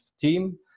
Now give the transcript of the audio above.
team